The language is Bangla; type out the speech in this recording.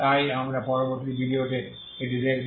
তাই আমরা পরবর্তী ভিডিওতে এটি দেখব